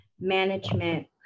management